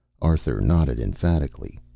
arthur nodded emphatically.